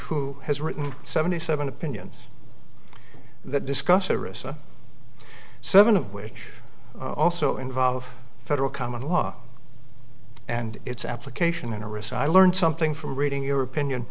who has written seventy seven opinions that discuss arista seven of which also involve federal common law and its application in a risk i learned something from reading your opinion